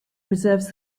preserves